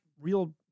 real